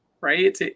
Right